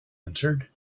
answered